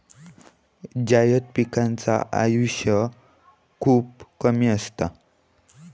जायद पिकांचा आयुष्य खूप कमी असता